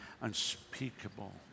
unspeakable